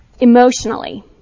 Emotionally